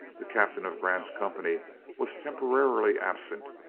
the captain of grant's company was temporarily absent,